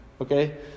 okay